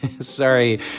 Sorry